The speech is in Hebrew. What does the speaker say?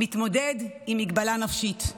מתמודד עם מגבלה נפשית,